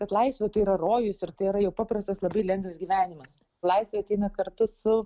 kad laisvė tai yra rojus ir tai yra jau paprastas labai lengvas gyvenimas laisvė ateina kartu su